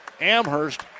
Amherst